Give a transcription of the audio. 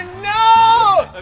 no.